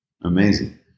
Amazing